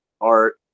art